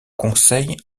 conseil